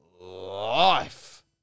life